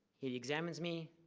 he examines me.